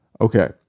Okay